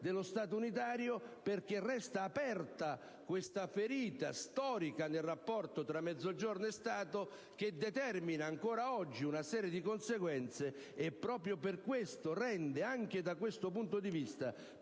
dello Stato unitario. Resta aperta questa ferita storica nel rapporto tra Mezzogiorno e Stato, che determina ancora oggi una serie di conseguenze, e proprio per questo rende, anche da questo punto di vista,